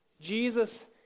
Jesus